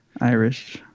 irish